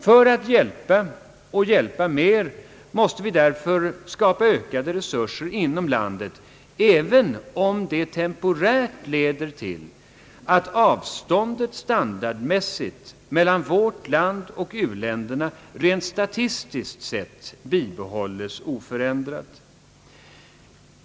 För att kunna hjälpa och hjälpa mer måste vi därför skapa ökade resurser inom landet, även om det temporärt leder till att avståndet standardmässigt mellan vårt land och u-länderna rent statistiskt sett bibehålles oförändrat.